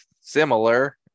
similar